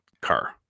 car